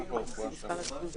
הצבעה לא נתקבלה.